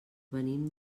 venim